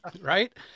Right